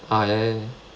ah ya ya y~